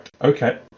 Okay